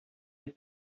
est